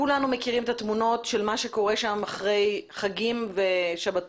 כולנו מכירים את התמונות של מה קורה שם אחרי חגים ושבתות,